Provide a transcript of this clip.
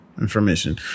Information